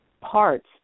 parts